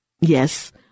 yes